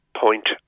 point